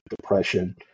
depression